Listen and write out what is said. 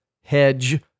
hedge